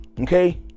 okay